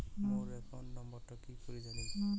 মোর account নাম্বারটা কি করি জানিম?